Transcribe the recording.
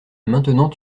maintenant